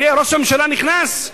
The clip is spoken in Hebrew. הנה ראש הממשלה נכנס.